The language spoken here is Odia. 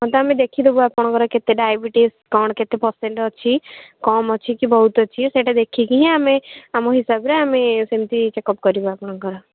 ଆମେ ଦେଖିଦେବୁ ଆପଣଙ୍କର କେତେ ଡାଇବେଟିସ୍ କ'ଣ କେତେ ପର୍ସେଣ୍ଟ୍ ଅଛି କମ୍ ଅଛିକି ବହୁତ୍ ଅଛି ସେଇଟା ଦେଖିକି ହିଁ ଆମେ ଆମ ହିସାବରେ ଆମେ ସେମିତି ଚେକଅପ୍ କରିବୁ ଆପଣଙ୍କର